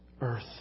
earth